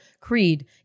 creed